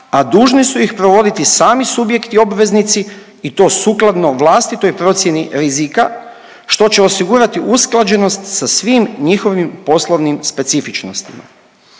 a dužni su ih provoditi sami subjekti obveznici i to sukladno vlastitoj procjeni rizika što će osigurati usklađenost sa svim njihovim poslovnim specifičnostima.